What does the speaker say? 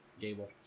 Gable